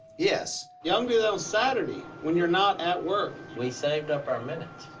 yes. y'all can be there on saturday when you're not at work. we saved up our minutes.